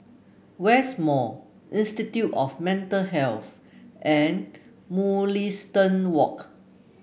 West Mall Institute of Mental Health and Mugliston Walk